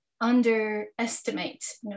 underestimate